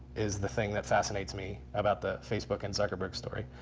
is the thing that fascinates me about the facebook and zuckerberg story.